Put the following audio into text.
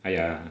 !aiya!